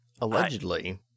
allegedly